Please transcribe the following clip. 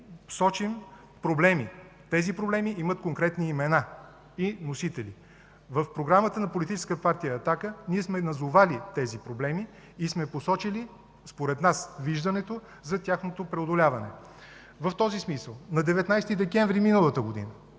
сочим проблеми. Тези проблеми имат конкретни имена и носители. В програмата на Политическа партия „Атака” ние сме назовали тези проблеми и сме посочили според нас виждането за тяхното преодоляване. В този смисъл на 19 декември миналата година,